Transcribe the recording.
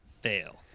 fail